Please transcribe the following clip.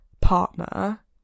partner